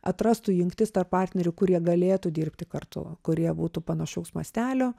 atrastų jungtis tarp partnerių kurie galėtų dirbti kartu kurie būtų panašaus mastelio